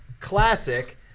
classic